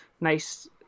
nice